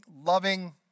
loving